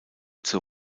zur